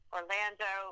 Orlando